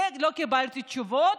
על זה אני לא קיבלתי תשובות.